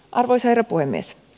arvoisa herra puhemies